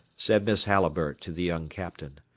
said miss halliburtt to the young captain.